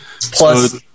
Plus